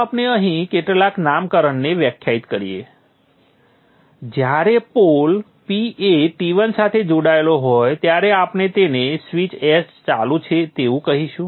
ચાલો આપણે અહીં કેટલાક નામકરણને વ્યાખ્યાયિત કરીએ જ્યારે પોલ P એ T1 સાથે જોડાયેલો હોય ત્યારે આપણે તેને સ્વીચ S ચાલુ છે તેવું કહીશું